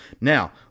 now